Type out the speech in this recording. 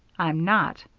i'm not.